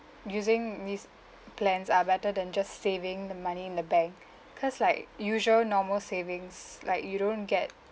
using these plans are better than just saving the money in the bank cause like usual normal savings like you don't get